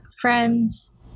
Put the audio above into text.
friends